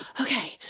okay